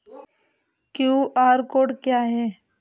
QR code क्या है?